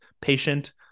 patient